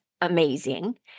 amazing